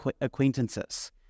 acquaintances